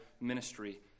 ministry